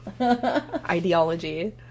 ideology